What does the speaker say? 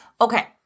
Okay